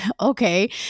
okay